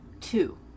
two